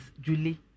Julie